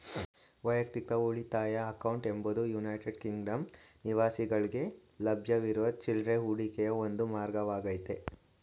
ವೈಯಕ್ತಿಕ ಉಳಿತಾಯ ಅಕೌಂಟ್ ಎಂಬುದು ಯುನೈಟೆಡ್ ಕಿಂಗ್ಡಮ್ ನಿವಾಸಿಗಳ್ಗೆ ಲಭ್ಯವಿರುವ ಚಿಲ್ರೆ ಹೂಡಿಕೆಯ ಒಂದು ಮಾರ್ಗವಾಗೈತೆ